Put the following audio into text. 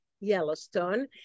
Yellowstone